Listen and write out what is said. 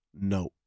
no